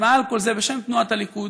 ומעל כל זה, בשם תנועת הליכוד,